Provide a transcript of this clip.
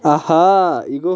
آہا یہِ گوٚو